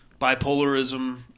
bipolarism